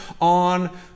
on